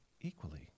equally